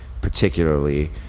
particularly